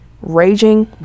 Raging